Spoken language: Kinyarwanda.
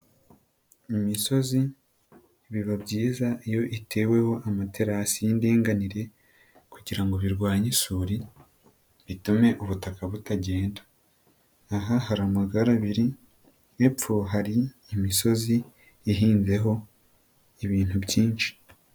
Imisozi biba byiza iyo iteweho amaterasi y'indinganire kugira ngo birwanye isuri bitume ubutaka butagenda, aha hari amagare abiri, hepfo hari imisozi ihinzeho ibintu byinshi.